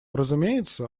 разумеется